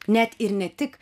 net ir ne tik